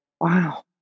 wow